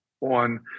on